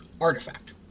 artifact